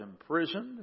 imprisoned